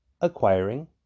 acquiring